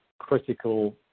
critical